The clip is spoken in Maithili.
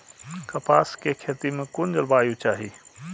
कपास के खेती में कुन जलवायु चाही?